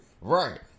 right